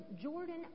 Jordan